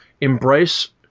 embrace